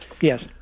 Yes